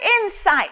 insight